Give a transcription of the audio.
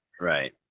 right